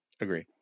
agree